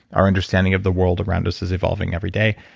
our understanding of the world around us is evolving every day.